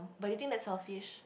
but do you think that's selfish